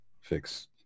fix